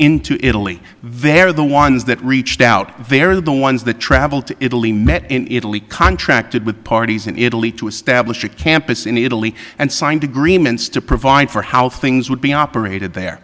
into italy very the ones that reached out there are the ones that traveled to italy met in italy contracted with parties in italy to establish a campus in italy and signed agreements to provide for how things would be operated there